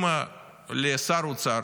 אם לשר האוצר,